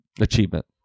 achievement